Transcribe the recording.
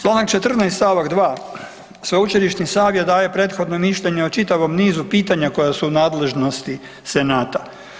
Članak 14. stavak 2., sveučilišni savjet daje prethodno mišljenje o čitavom nizu pitanja koja su u nadležnosti senata.